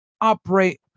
operate